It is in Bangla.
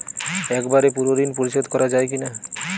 একবারে পুরো ঋণ পরিশোধ করা যায় কি না?